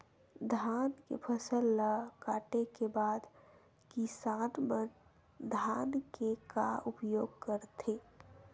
धान के फसल ला काटे के बाद किसान मन धान के का उपयोग करथे?